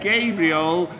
Gabriel